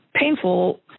painful